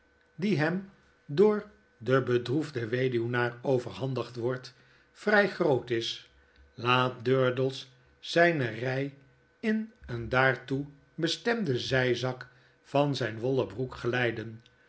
die hem door den bedroefden weduwnaar overhandigd wordt vrij groot is laat durdels zijne rij in een daartoe bestemden zijzak van zijn wollen broek glijden